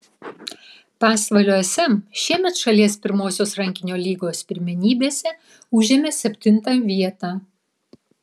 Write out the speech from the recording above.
pasvalio sm šiemet šalies pirmosios rankinio lygos pirmenybėse užėmė septintą vietą